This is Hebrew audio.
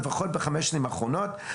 לפחות בחמשת השנים האחרונות,